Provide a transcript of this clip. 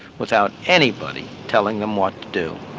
without anybody telling them what to do.